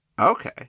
Okay